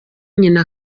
nyina